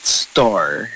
store